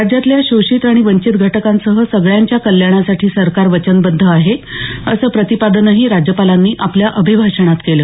राज्यातल्या शोषित आणि वंचित घटकांसह सगळ्यांच्या कल्याणासाठी सरकार वचनबद्ध आहे असं प्रतिपादनही राज्यपालांनी आपल्या अभिभाषणात केलं